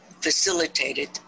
facilitated